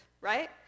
right